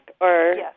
Yes